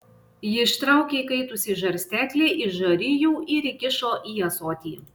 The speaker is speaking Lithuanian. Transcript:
ji ištraukė įkaitusį žarsteklį iš žarijų ir įkišo į ąsotį